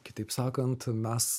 kitaip sakant mes